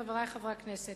חברי חברי הכנסת,